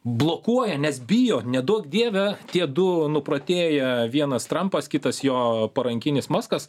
blokuoja nes bijo neduok dieve tie du nuprotėję vienas trampas kitas jo parankinis maskas